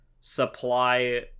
supply